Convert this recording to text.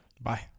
Bye